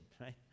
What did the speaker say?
right